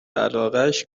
علاقش